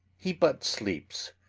he but sleeps.